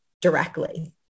directly